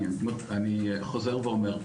אני חוזר ואומר,